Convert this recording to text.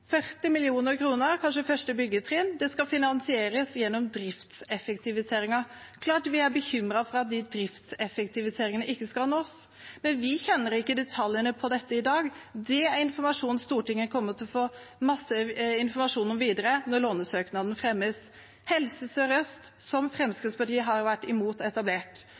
40 mrd. kr – kanskje første byggetrinn, det skal finansieres gjennom driftseffektiviseringer. Det er klart at vi er bekymret for at de driftseffektiviseringene ikke skal nås. Men vi kjenner ikke detaljene i dette i dag. Det er noe Stortinget kommer til å få masse informasjon om videre, når lånesøknaden fremmes. Helse Sør-Øst, som Fremskrittspartiet har vært imot